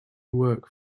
work